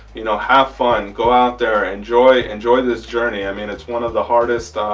you know have fun go out there and joy enjoy this journey. i mean it's one of the hardest.